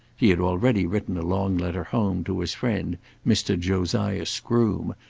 he had already written a long letter home to his friend mr. josiah scroome,